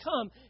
come